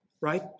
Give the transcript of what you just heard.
right